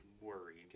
worried